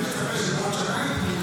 אני מצפה שבעוד שנה ייתנו לי,